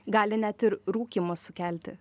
gali net ir rūkymas sukelti